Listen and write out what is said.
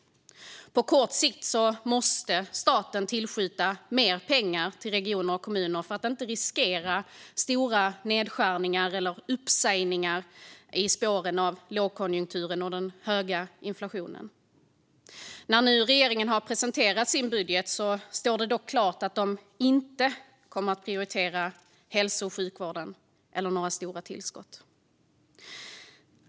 På kort sikt måste staten tillskjuta mer pengar till regioner och kommuner för att de inte ska riskera stora nedskärningar eller uppsägningar i spåren av lågkonjunkturen och den höga inflationen. När regeringen nu har presenterat sin budget står det dock klart att den inte kommer att prioritera hälso och sjukvården eller några stora tillskott.